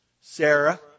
Sarah